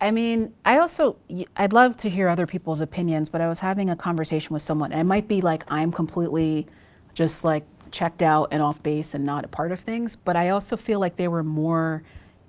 i mean, i also yeah i'd love to hear other people's opinions, but i was having a conversation with someone. it might be like i'm completely just like checked out and off base and not a part of things. but i also feel like there were more